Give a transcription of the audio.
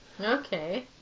Okay